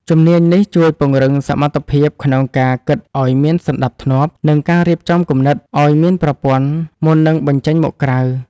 ជំនាញនេះជួយពង្រឹងសមត្ថភាពក្នុងការគិតឱ្យមានសណ្ដាប់ធ្នាប់ និងការរៀបចំគំនិតឱ្យមានប្រព័ន្ធមុននឹងបញ្ចេញមកក្រៅ។